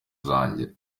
zanjye